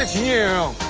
you